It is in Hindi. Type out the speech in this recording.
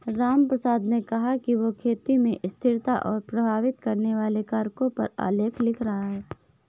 रामप्रसाद ने कहा कि वह खेती में स्थिरता को प्रभावित करने वाले कारकों पर आलेख लिख रहा है